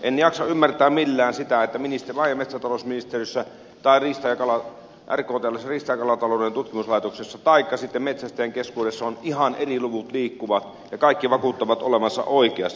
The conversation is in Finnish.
en jaksa millään ymmärtää sitä että maa ja metsätalousministeriössä ja riista ja kalatalouden tutkimuslaitoksessa ja sitten metsästäjien keskuudessa ihan eri luvut liikkuvat ja kaikki vakuuttavat olevansa oikeassa